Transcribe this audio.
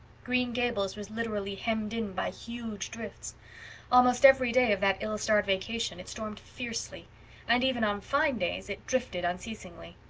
green gables was literally hemmed in by huge drifts almost every day of that ill-starred vacation it stormed fiercely and even on fine days it drifted unceasingly.